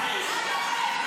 סיימת.